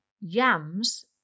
yams